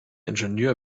ingenieur